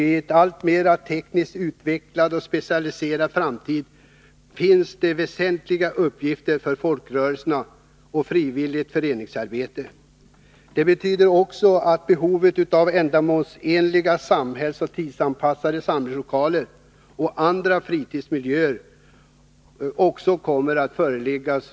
I en alltmera tekniskt utvecklad och specialiserad framtid måste det finnas väsentliga uppgifter för folkrörelser och frivilligt föreningsarbete. Det betyder att det också i framtiden kommer att föreligga stort behov av ändamålsenliga, samhällsoch tidsanpassade samlingslokaler och andra fritidsmiljöer.